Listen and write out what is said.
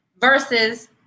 versus